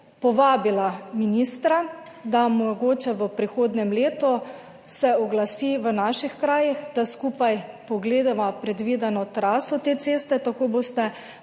povabila ministra, da se mogoče v prihodnjem letu oglasi v naših krajih, da skupaj pogledava predvideno traso te ceste. Tako boste